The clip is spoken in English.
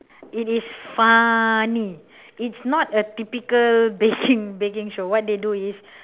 it is funny it's not a typical baking baking show what they do is